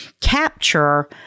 capture